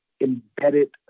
embedded